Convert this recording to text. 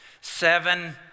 seven